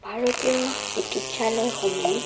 ভাৰতীয় চিকিৎসালয়সমূহ